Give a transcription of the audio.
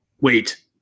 wait